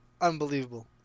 Unbelievable